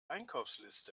einkaufsliste